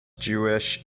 jewish